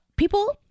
People